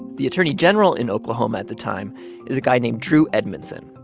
the attorney general in oklahoma at the time is a guy named drew edmondson,